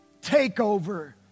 takeover